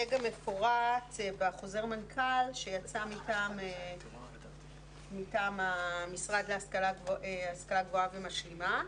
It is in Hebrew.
זה גם מפורט בחוזר המנכ"ל שיצא מטעם המשרד להשכלה גבוהה ומשלימה,